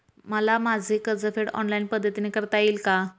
मला माझे कर्जफेड ऑनलाइन पद्धतीने करता येईल का?